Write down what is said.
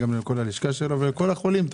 לכל הלשכה שלו ולכל החולים.